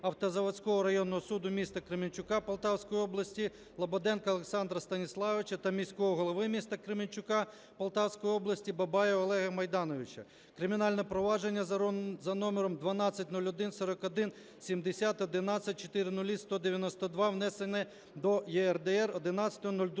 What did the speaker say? Автозаводського районного суду міста Кременчука Полтавської області Лободенка Олександра Станіславовича та міського голови міста Кременчука Полтавської області Бабаєва Олега Мейдановича - кримінальне провадження № 12014170110000192, внесене до ЄРДР 11.02.2014